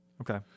okay